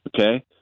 Okay